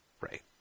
right